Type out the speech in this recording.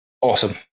awesome